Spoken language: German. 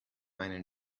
einen